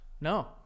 No